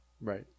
right